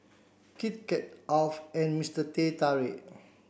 Kit Kat Alf and Mister Teh Tarik